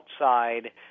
outside